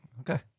Okay